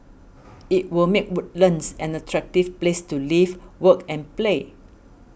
it will make Woodlands an attractive place to live work and play